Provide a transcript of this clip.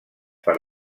per